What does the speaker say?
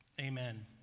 amen